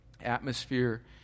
atmosphere